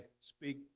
speak